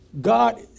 God